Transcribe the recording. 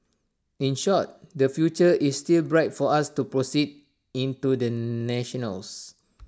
in short the future is still bright for us to proceed into the national's